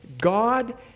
God